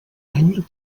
any